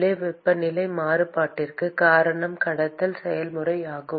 உள்ளே வெப்பநிலை மாறுபாட்டிற்கு காரணம் கடத்தல் செயல்முறை ஆகும்